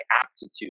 aptitude